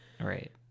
Right